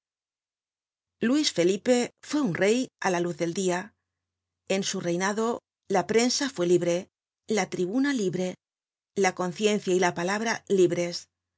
luis felipe fue un rey á la luz del dia en su reinado la prensa fue libre la tribuna libre la conciencia y la palabra libres